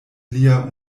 lia